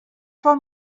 for